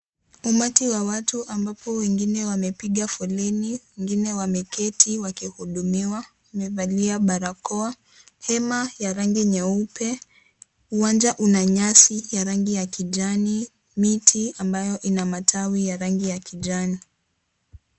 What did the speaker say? Umati wa watu ambapo wengine wamepiga foleni, wengine wameketi wakihudumiwa, wamevalia barakoa. Hema ya rangi nyeupe, uwanja una nyasi ya rangi ya kijani, miti ambayo ina matawi ya rangi ya kijani.